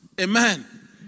Amen